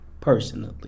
personally